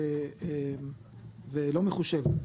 וזה ולא מחושבת,